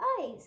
eyes